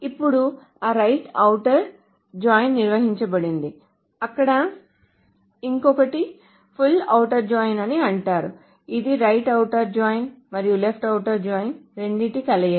ఇప్పుడు ఆ right outer join నిర్వచించబడింది అక్కడ ఇంకొకటి ఫుల్ ఔటర్ జాయిన్ అని అంటారు ఇది రైట్ ఔటర్ జాయిన్ మరియు లెఫ్ట్ ఔటర్ జాయిన్ రెండింటి కలయిక